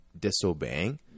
disobeying